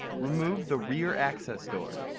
remove the rear access door.